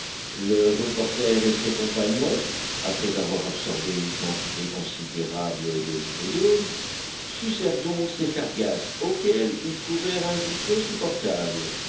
le reporter et ses compagnons après avoir absorbé une quantité considérable de lithodomes sucèrent donc ces sargasses auxquelles ils trouvèrent un goût très supportable